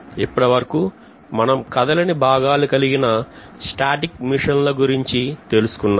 ఇప్పటివరకు మనం కథలని భాగాలు కలిగిన స్టాటిక్ మిషన్ల గురించి తెలుసుకున్నాం